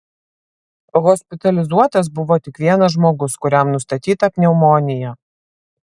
hospitalizuotas buvo tik vienas žmogus kuriam nustatyta pneumonija